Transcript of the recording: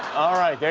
all right, there